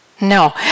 No